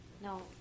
No